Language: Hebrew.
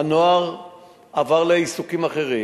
הנוער עבר לעיסוקים אחרים.